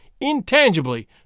intangibly